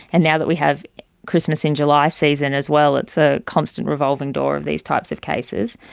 and now that we have christmas in july season as well it's a constant revolving door of these types of cases,